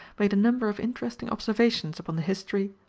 made a number of interesting observations upon the history,